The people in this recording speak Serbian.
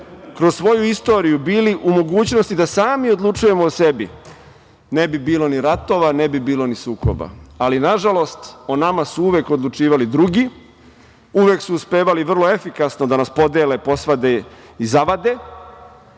kroz svoju istoriju bili u mogućnosti da sami odlučujemo o sebi, ne bi bilo ni ratova, ne bi bilo ni sukoba, ali nažalost, o nama su uvek odlučivali drugi, uvek su uspevali vrlo efikasno da nas podele, posvade i zavade,